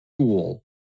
school